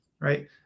Right